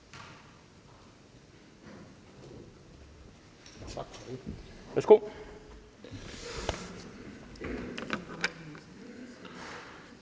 nu. Værsgo.